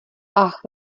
ach